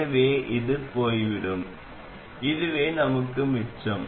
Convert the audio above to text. எனவே இது போய்விடும் இதுவே நமக்கு மிச்சம்